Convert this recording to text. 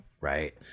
Right